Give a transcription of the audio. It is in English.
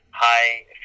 High